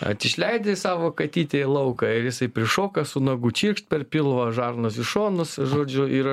at išleidi savo katytę į lauką ir jisai prišoka su nagu čir per pilvą žarnas į šonus žodžiu ir